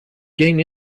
gain